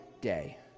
day